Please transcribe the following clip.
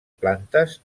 plantes